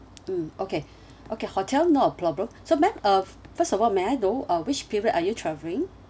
mm okay okay hotel not a problem so ma'am uh first of all may I know uh which period are you travelling